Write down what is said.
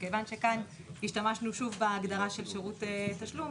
כיוון שכאן השתמשנו שוב בהגדרה של שירות תשלום,